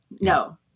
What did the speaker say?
no